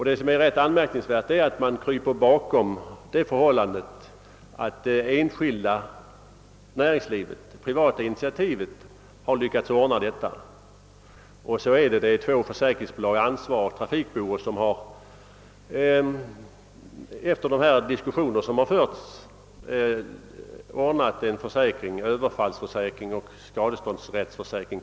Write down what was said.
Det är rätt anmärkningsvärt att man kryper bakom det förhållandet att det enskilda näringslivet, det privata initiativet har lyckats ordna detta. Det är på det sättet att två försäkringsbolag, Ansvar och Trafik-Bore, efter de diskussioner som förts, har ordnat en försäkring, som kallas dels överfalls-, dels skadeståndsrättsförsäkring.